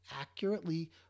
accurately